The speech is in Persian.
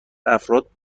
افراد